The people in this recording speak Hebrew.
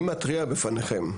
אני מתריע בפניכם.